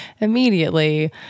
immediately